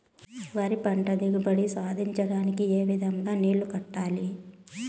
వరి పంట దిగుబడి సాధించడానికి, ఏ విధంగా నీళ్లు కట్టాలి?